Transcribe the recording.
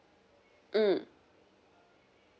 mm